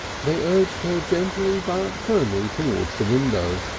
they urged her gently but firmly towards the window.